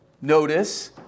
notice